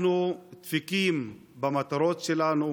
אנחנו עוד דבקים במטרות שלנו,